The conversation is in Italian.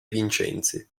vincenzi